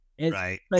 Right